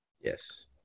Yes